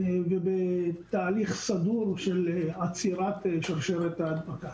ובתהליך סדור של עצירה שרשרת ההדבקה.